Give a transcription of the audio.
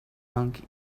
sunk